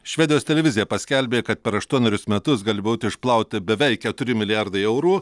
švedijos televizija paskelbė kad per aštuonerius metus gali būti išplauti beveik keturi milijardai eurų